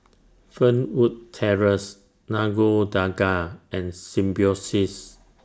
Fernwood Terrace Nagore Dargah and Symbiosis